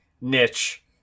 niche